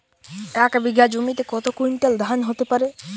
এক বিঘা জমিতে কত কুইন্টাল ধান হতে পারে?